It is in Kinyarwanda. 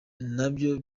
nabyo